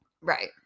Right